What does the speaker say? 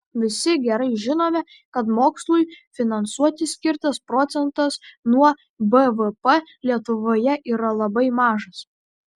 visi gerai žinome kad mokslui finansuoti skirtas procentas nuo bvp lietuvoje yra labai mažas